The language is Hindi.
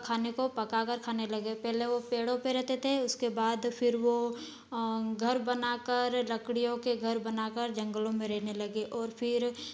खाने को पकाकर खाने लगे पहले वो पेड़ो पर रहते थे उसके बाद फिर वो घर बनाकर लकड़ियों के घर बनाकर जंगलों में रहने लगे और फिर